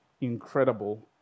incredible